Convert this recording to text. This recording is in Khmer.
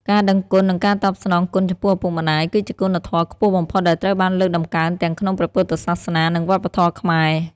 ការដឹងគុណ និងការតបស្នងគុណចំពោះឪពុកម្តាយ គឺជាគុណធម៌ខ្ពស់បំផុតដែលត្រូវបានលើកតម្កើងទាំងក្នុងព្រះពុទ្ធសាសនា និងវប្បធម៌ខ្មែរ។